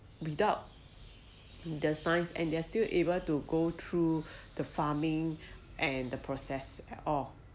without the science and they are still able to go through the farming and the process and all